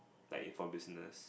like if for business